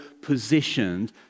positioned